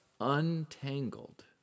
untangled